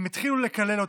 הם התחילו לקלל אותנו,